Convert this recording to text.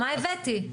מה הבאתי,